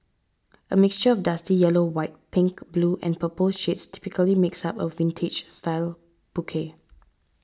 a mixture of dusty yellow white pink blue and purple shades typically makes up a vintage style bouquet